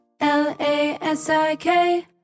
L-A-S-I-K